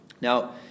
Now